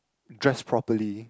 dress properly